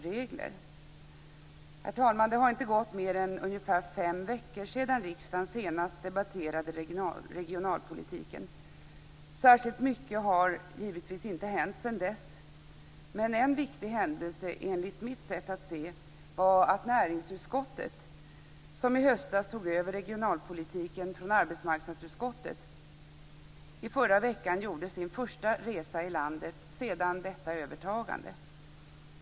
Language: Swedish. Herr talman! Det har inte gått mer än fem veckor sedan riksdagen senast debatterade regionalpolitiken. Särskilt mycket har givetvis inte hänt sedan dess, men en viktig händelse enligt mitt sätt att se var att näringsutskottet, som i höstas tog över regionalpolitiken från arbetsmarknadsutskottet, i förra veckan gjorde sin första resa i landet efter detta övertagande.